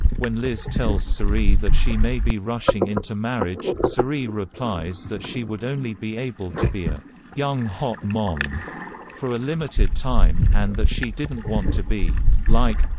when liz tells cerie that she may be rushing into marriage, cerie replies that she would only be able to be a young hot mom for a limited time, and that she didn't want to be like.